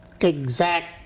exact